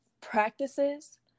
practices